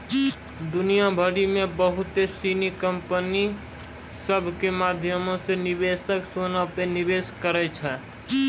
दुनिया भरि मे बहुते सिनी कंपनी सभ के माध्यमो से निवेशक सोना पे निवेश करै छै